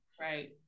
right